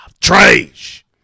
Trash